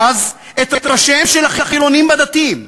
ואז את ראשיהם של החילונים בדתיים,